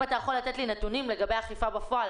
אם אתה יכול לתת לי נתונים לגבי אכיפה בפועל,